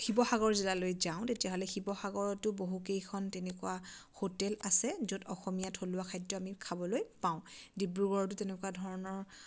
শিৱসাগৰ জিলালৈ যাওঁ তেতিয়াহ'লে শিৱসাগৰতো বহুকেইখন তেনেকুৱা হোটেল আছে য'ত অসমীয়া থলুৱা খাদ্য আমি খাবলৈ পাওঁ ডিব্ৰুগড়টো তেনেকুৱা ধৰণৰ